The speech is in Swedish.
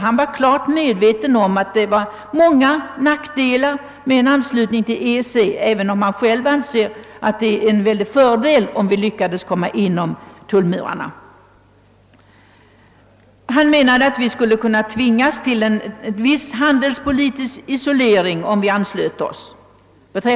Han var medveten om att det fanns många nackdelar med en anslutning till EEC, men trots detta ansåg han, att det skulle vara en stor fördel för oss att komma innanför tullmurarna. Han sade att vi kunde tvingas till en viss handelspolitisk isolering efter en anslutning.